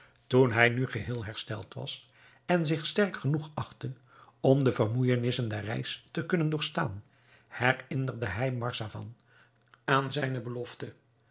toen hij nu geheel hersteld was en zich sterk genoeg achtte om de vermoeijenissen der reis te kunnen doorstaan herinnerde hij marzavan aan zijne belofte